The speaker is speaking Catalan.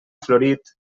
florit